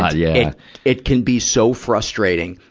ah yeah it can be so frustrating,